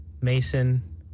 Mason